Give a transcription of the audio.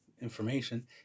information